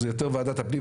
זה יותר ועדת הפנים,